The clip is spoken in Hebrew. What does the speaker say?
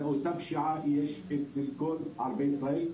זה אותה פשיעה אצל כל ערביי ישראל.